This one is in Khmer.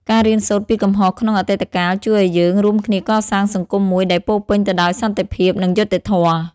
ការរៀនសូត្រពីកំហុសក្នុងអតីតកាលជួយឲ្យយើងរួមគ្នាកសាងសង្គមមួយដែលពោរពេញទៅដោយសន្តិភាព និងយុត្តិធម៌។